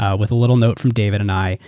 ah with a little note from david and i!